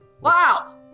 wow